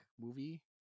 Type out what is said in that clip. movie